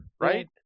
right